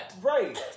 Right